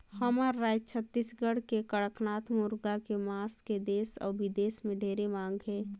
हमर रायज छत्तीसगढ़ के कड़कनाथ मुरगा के मांस के देस अउ बिदेस में ढेरे मांग हे